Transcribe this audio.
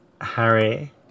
Harry